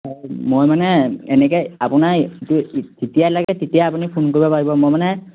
মই মানে এনেকৈ আপোনাৰ যেতিয়াই লাগে তেতিয়াই আপুনি ফোন কৰিব পাৰিব মই মানে